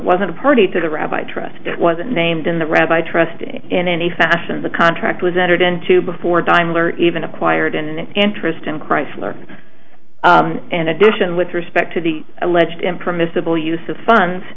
wasn't a party to the rabbi trust that was named in the rabbi trust in any fashion the contract was entered into before time learn even acquired and interest in chrysler in addition with respect to the alleged impermissible use of funds